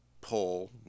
pull